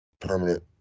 permanent